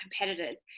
competitors